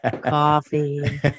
Coffee